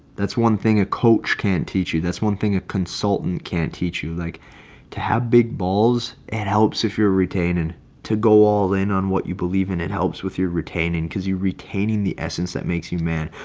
that's one thing a coach can teach you that's one thing a consultant can teach you like to have big balls and helps if you're retaining to go all in on what you believe in it helps with your retaining you retaining the essence that makes you mad.